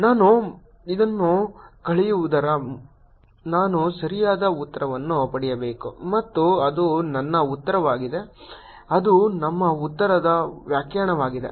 ನಾನು ಇದನ್ನು ಕಳೆಯುವುದಾದರೆ ನಾನು ಸರಿಯಾದ ಉತ್ತರವನ್ನು ಪಡೆಯಬೇಕು ಮತ್ತು ಅದು ನನ್ನ ಉತ್ತರವಾಗಿದೆ ಅದು ನಮ್ಮ ಉತ್ತರದ ವ್ಯಾಖ್ಯಾನವಾಗಿದೆ